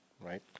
right